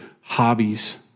hobbies